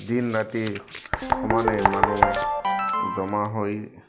দিন ৰাতি সমানে মানুহ জমা হৈ